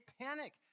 panic